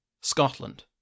Scotland